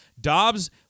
Dobbs